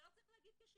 זה לא צריך להגיד כשאלה,